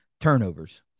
Turnovers